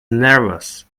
nervous